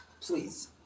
Please